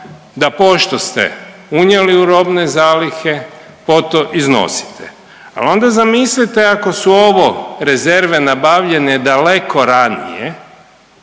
da pošto ste unijeli u robne zalihe poto iznosite, ali onda zamislite ako su ovo rezerve nabavljene daleko ranije,